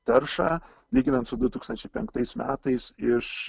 taršą lyginant su du tūkstančiai penktais metais iš